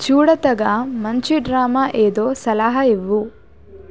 చూడదగ మంచి డ్రామా ఏదో సలహా ఇవ్వు